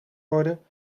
worden